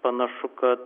panašu kad